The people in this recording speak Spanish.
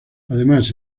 además